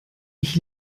ich